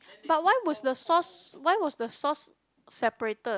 but why was the sauce why was the sauce separated